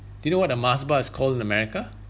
do you know what a mars bar is called in america